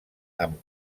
amb